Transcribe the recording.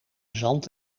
zand